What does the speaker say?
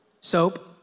soap